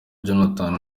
jordan